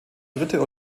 dritte